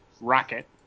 rocket